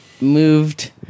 moved